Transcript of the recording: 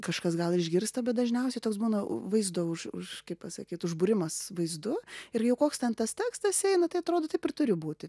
kažkas gal išgirsta bet dažniausiai toks būna vaizdo už už kaip pasakyt užbūrimas vaizdu ir jau koks ten tas tekstas eina tai atrodo taip ir turi būti